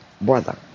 brother